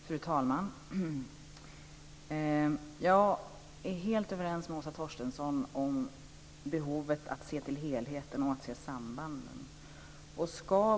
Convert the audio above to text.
Fru talman! Jag är helt överens med Åsa Torstensson om behovet av att se till helheten och att se sambanden.